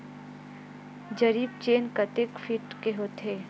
जरीब चेन कतेक फीट के होथे?